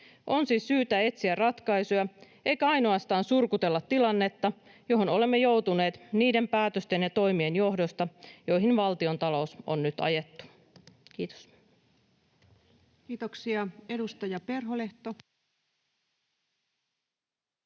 On siis syytä etsiä ratkaisuja eikä ainoastaan surkutella tilannetta, johon olemme joutuneet niiden päätösten ja toimien johdosta, joihin valtiontalous on nyt ajettu. — Kiitos. [Speech